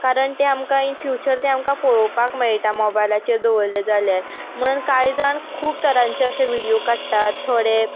कारण तें आमकां ईन फ्युचर तें आमकां पोळोवपाक मेळटा मॉबायलाचेर दवरलें जाल्यार म्हणन कांय जाण खूब तरांचे अशे विडीयो काडटात थोडे